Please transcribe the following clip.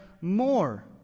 more